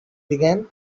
began